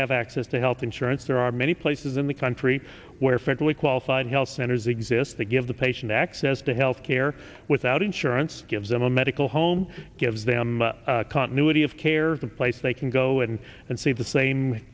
have access to health insurance there are many places in the country where federally qualified health centers exist to give the patient access to health care without insurance gives them a medical home gives them continuity of care the place they can go in and see the same